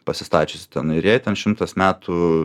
pasistačiusi tenai ir jai ten šimtas metų